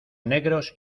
negros